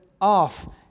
off